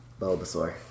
Bulbasaur